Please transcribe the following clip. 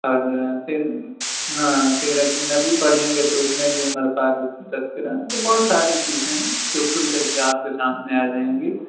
اور پھر ہاں سیرۃ النبی پڑھیں گے تو اس میں بھی عمر فاروق کا تذکرہ ہے تو بہت ساری چیزیں ہیں جو کھل کر کے آپ کے سامنے آ جائیں گی